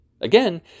Again